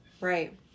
Right